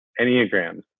Enneagrams